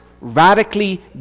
radically